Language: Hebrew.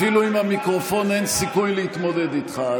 אפילו עם המיקרופון אין סיכוי להתמודד איתך,